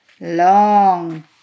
Long